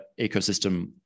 ecosystem